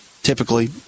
Typically